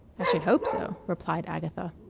i should hope so, replied agatha.